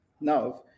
Now